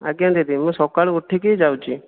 ଆଜ୍ଞା ଦିଦି ମୁଁ ସକାଳୁ ଉଠିକି ଯାଉଛି